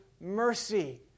mercy